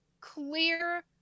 clear